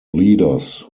leaders